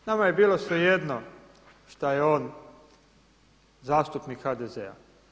Nama je bilo svejedno šta je on zastupnik HDZ-a.